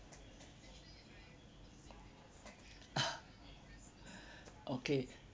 okay